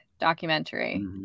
documentary